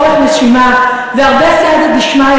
אורך נשימה והרבה סייעתא דשמיא,